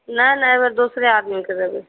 नहि नहि एहिबेर दोसरे आदमीक देबै